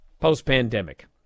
post-pandemic